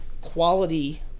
quality